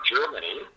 Germany